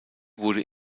wurde